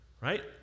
right